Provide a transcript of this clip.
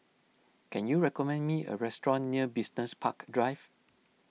can you recommend me a restaurant near Business Park Drive